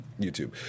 YouTube